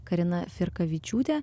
karina firkavičiūtė